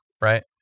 right